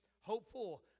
hopeful